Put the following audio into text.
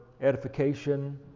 edification